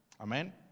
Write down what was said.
Amen